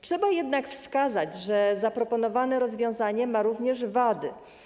Trzeba jednak wskazać, że zaproponowane rozwiązanie ma również wady.